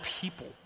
people